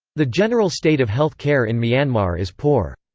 the general state of health care in myanmar is poor.